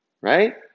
right